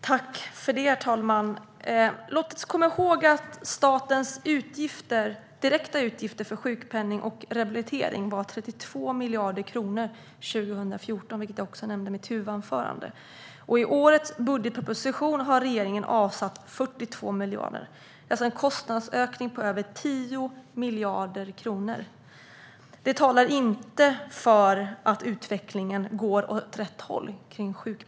Herr talman! Låt oss komma ihåg att statens direkta utgifter för sjukpenning och rehabilitering var 32 miljarder kronor år 2014, vilket jag också nämnde i mitt huvudanförande. I årets budgetproposition har regeringen avsatt 42 miljarder. Det är alltså en kostnadsökning på över 10 miljarder kronor. Det talar inte för att utvecklingen går åt rätt håll.